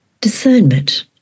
discernment